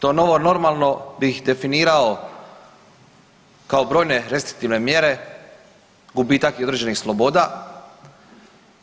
To novo normalno bih definirao kao brojne restriktivne mjere, gubitak određenih sloboda